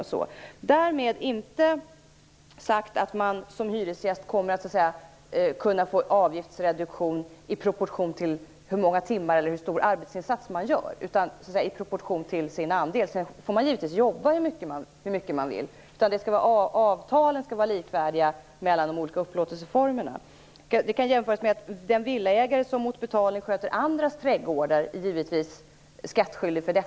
Därmed är det inte sagt att man som hyresgäst kommer att kunna få avgiftsreduktion i proportion till hur många timmar man arbetar eller till hur stor arbetsinsats man gör, utan reduktionen står i proportion till den egna andelen. Sedan får man givetvis jobba hur mycket man vill. Avtalen skall vara likvärdiga i de olika upplåtelseformerna. Detta kan jämföras med att den villaägare som mot betalning sköter andras trädgårdar givetvis är skattskyldig för det.